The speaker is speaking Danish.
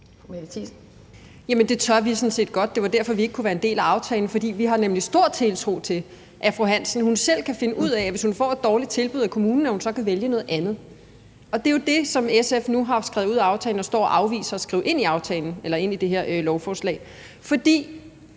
det tør vi sådan set godt. Det var derfor, vi ikke kunne være en del af aftalen. Vi har nemlig stor tiltro til, at fru Hansen selv kan finde ud af at vælge noget andet, hvis hun får et dårligt tilbud fra kommunen. Det er jo det, som SF nu har fået skrevet ud af aftalen og står og afviser at skrive ind i det her